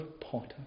potter